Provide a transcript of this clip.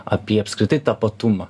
apie apskritai tapatumą